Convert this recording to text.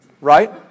Right